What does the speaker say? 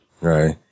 Right